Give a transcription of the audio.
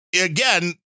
again